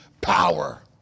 power